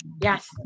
yes